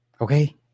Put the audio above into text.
okay